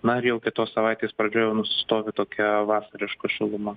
na ir jau kitos savaitės pradžioj jau nusistovi tokia vasariška šiluma